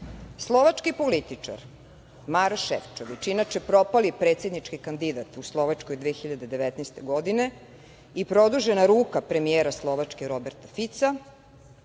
političar Maroš Šefčovič, inače propali predsednički kandidat u Slovačkoj 2019. godine i produžena ruka premijera Slovačke Roberta Fica,